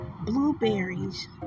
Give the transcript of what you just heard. blueberries